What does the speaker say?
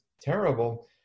terrible